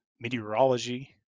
meteorology